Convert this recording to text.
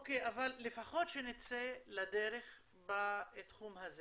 אבל לפחות שנצא לדרך בתחום הזה